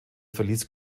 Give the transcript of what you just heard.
verließ